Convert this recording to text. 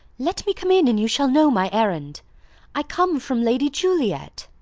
let me come in, and you shall know my errand i come from lady juliet.